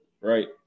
Right